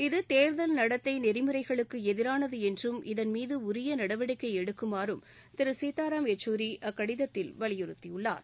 இது தேர்தல் நடத்தை நெறிமுறைகளுக்கு எதிரானது என்றும் இதன்மீது உரிய நடவடிக்கை எடுக்குமாறும் திரு சீத்தாராம் யெச்சூரி அக்கடிதத்தில் வலியுறுத்தியுள்ளார்